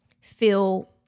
feel